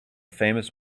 famous